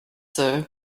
sir